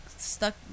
stuck